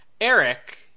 Eric